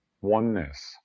oneness